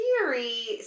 theory